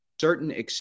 certain